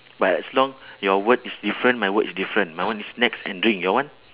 but as long your word is different my word is different my one is snacks and drink your one